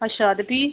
अच्छा ते भी